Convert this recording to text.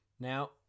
Now